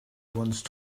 once